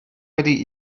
wedi